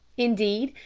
indeed,